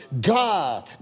God